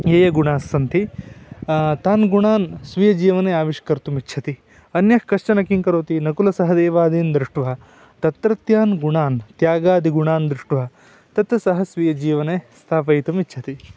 ये ये गुणास्सन्ति तान् गुणान् स्वीयजीवने आविष्कर्तुमिच्छति अन्यः कश्चन किं करोति नकुलसहदेवादीन् दृष्ट्वा तत्रत्यान् गुणान् त्यागादिगुणान् दृष्ट्वा तत् सः स्वीयजीवने स्थापयितुमिच्छति